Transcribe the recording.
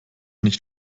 nicht